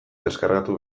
deskargatu